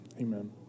Amen